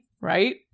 right